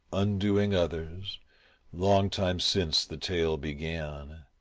undoing others long time since the tale began.